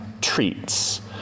treats